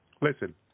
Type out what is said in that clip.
Listen